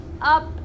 up